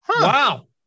Wow